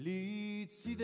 lead see